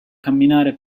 camminare